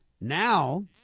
Now